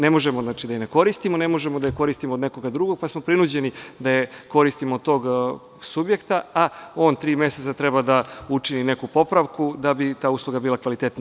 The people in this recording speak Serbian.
Ne možemo da ih ne koristimo, ne možemo da koristimo od nekog drugog, pa smo prinuđeni da koristimo od tog subjekta, a on tri meseca treba da učini neku popravku, da bi ta usluga bila kvalitetnija.